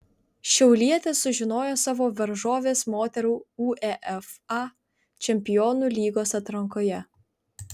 šiaulietės sužinojo savo varžoves moterų uefa čempionų lygos atrankoje